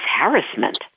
harassment